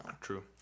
True